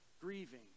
grieving